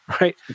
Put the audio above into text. right